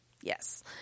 yes